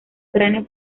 cráneo